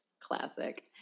Classic